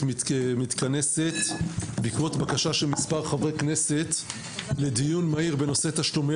על סדר-היום: הצעה לדיון מהיר בנושא: תשלומי